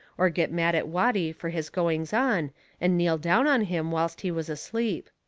or get mad at watty fur his goings-on and kneel down on him whilst he was asleep.